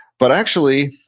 but actually,